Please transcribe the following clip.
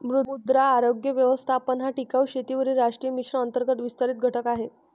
मृदा आरोग्य व्यवस्थापन हा टिकाऊ शेतीवरील राष्ट्रीय मिशन अंतर्गत विस्तारित घटक आहे